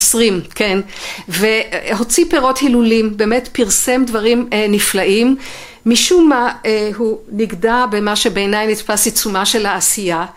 והוציא פירות הילולים באמת פרסם דברים נפלאים משום מה הוא נגדע במה שבעיניי נתפס עיצומה של העשייה